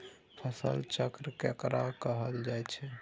फसल चक्र केकरा कहल जायत छै?